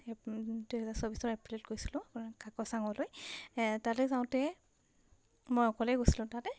দুহেজাৰ চৌবিছৰ এপ্ৰিলত গৈছিলোঁ কাকচাঙলৈ তালৈ যাওঁতে মই অকলেই গৈছিলোঁ তালৈ